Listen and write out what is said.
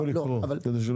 שאלתי אם אפשר להעיר.